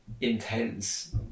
intense